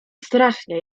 strasznie